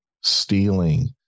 stealing